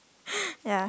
ya